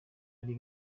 ari